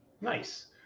nice